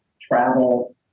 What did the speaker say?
travel